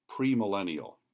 premillennial